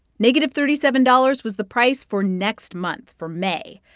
negative thirty seven dollars was the price for next month, for may.